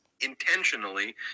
intentionally